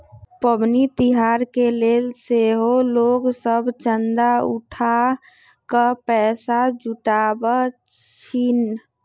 पबनि तिहार के लेल सेहो लोग सभ चंदा उठा कऽ पैसा जुटाबइ छिन्ह